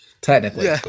Technically